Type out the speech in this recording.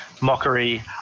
mockery